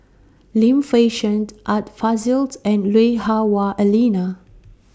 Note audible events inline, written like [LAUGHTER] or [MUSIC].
Lim Fei Shen [NOISE] Art Fazil [NOISE] and Lui Hah Wah Elena